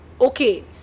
okay